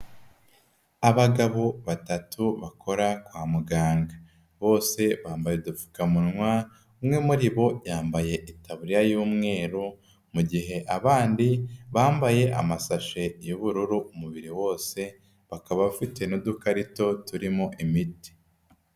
Abagabo batatu bakora kwa muganga. Bose bambaye udupfukamunwa, umwe muri bo yambaye itaburiya y'umweru, mu gihe abandi bambaye amasashe y'ubururu umubiri wose, bakaba bafite n'udukarito turimo imiti.